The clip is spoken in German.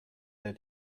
der